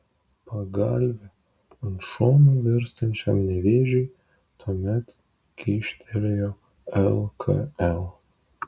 pagalvę ant šono virstančiam nevėžiui tuomet kyštelėjo lkl